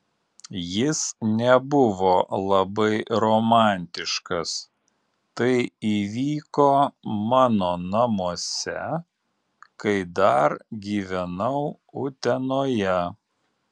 jis nebuvo labai romantiškas tai įvyko mano namuose kai dar gyvenau utenoje